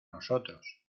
nosotros